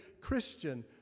Christian